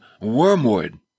Wormwood